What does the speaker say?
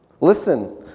Listen